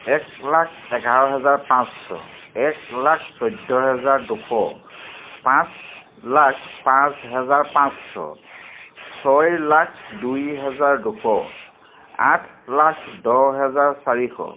এক লাখ এঘাৰ হাজাৰ পাঁচশ এক লাখ চৈধ্য হাজাৰ দুশ পাঁচ লাখ পাঁচ হেজাৰ পাঁচশ ছয় লাখ দুই হাজাৰ দুশ আঠ লাখ দহ হাজাৰ চাৰিশ